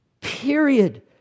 period